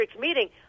meeting